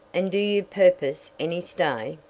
and do you purpose any stay?